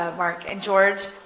um mark and george.